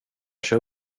kör